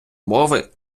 мови